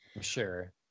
sure